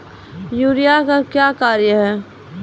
Urea का क्या कार्य हैं?